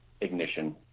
ignition